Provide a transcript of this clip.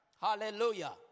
Hallelujah